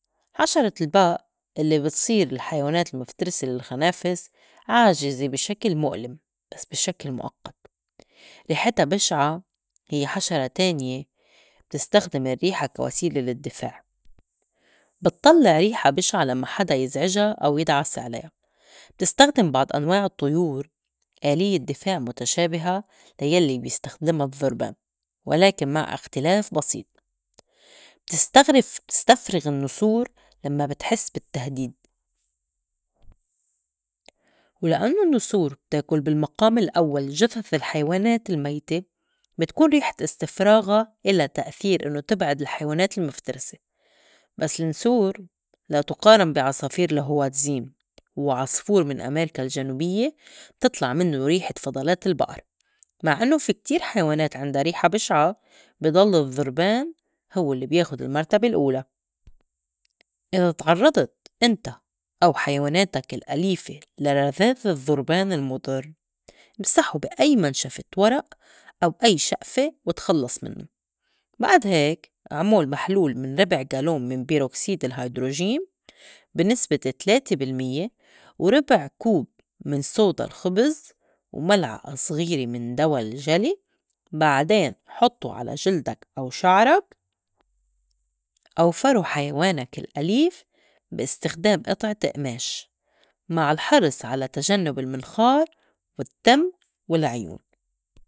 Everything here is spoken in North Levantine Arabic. حشرة البق الّي بتصير الحيوانات المفترسة للخنافس عاجِزة بي شكل مؤلم بس بي شكل مؤقّت. ريحتا بِشعة هي حشرة تانية بتستخدم الرّيحة كوسيلة للدّفاع بتطلّع ريحة بِشعة لمّا حدا يزعجا أو يدعس عليا، بتستخدم بعض أنواع الطيور آليّة دفاع مُتشابهة لا يلّي بيستخدما الظربان ولكن مع إختلاف بسيط بتستغرف- بتستفرغ النّسور لمّا بتحس بالتّهديد ولإنّو النّسور بتاكُل بالمقام الأوّل جُثث الحيوانات الميتة بتكون ريحة إستفراغا إلا تأثير إنّو تبعد الحيوانات المفترسة بس النسور لا تُقارن بي عصافير الهواتزين وهوّ عصفور من أميركا الجنوبيّة بتطلع منّو ريحة فضلات البقر، مع إنّو في كتير حيوانات عِندا ريحة بشعة بي ضلّو الظربان هوّ الّي بياخد المرتبة الأولى. إذا تعرّضت إنت أو حيواناتك الأليفة لرذاذ الظربان المُضر مسحو بي أي منشفة ورق أو أي شقفة وتخلّص منّو، بعد هيك عمول محلول من ربع غالون من بيروكسيد الهيدروجين بي نسبة تلاته بالميّة وربع كوب من صودا الخبز وملعقة صغيرة من دوا الجلي بعدين حطّو على جلدك أو شعرك أو فرو حيوانك الأليف بي إستخدام قطعة قماش مع الحرِص على تجنُّب المِنخار والتّم والعيون.